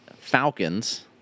Falcons